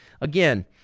Again